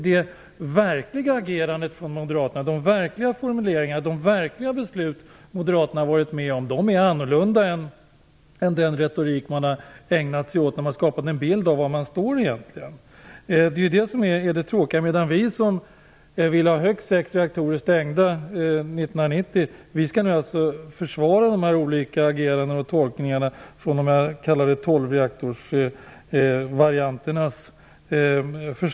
Det verkliga agerandet, de verkliga formuleringarna och de verkliga beslut som moderaterna stått för skiljer sig från den retorik som de använt när de skapat en bild av var de egentligen står. Det är det tråkiga. Vi som vill ha högst sex reaktorer avstängda 1990 skall alltså nu försvara de skiftande agerandena och tolkningarna vad gäller det som jag vill kalla tolvreaktorsvarianterna.